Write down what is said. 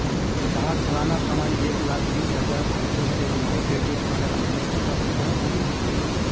जहार सालाना कमाई एक लाख बीस हजार होचे ते वाहें क्रेडिट कार्डेर अप्लाई करवा सकोहो होबे?